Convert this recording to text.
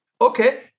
Okay